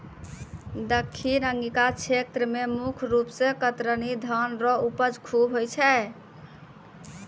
दक्खिनी अंगिका क्षेत्र मे मुख रूप से कतरनी धान रो उपज खूब होय छै